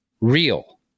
real